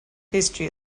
history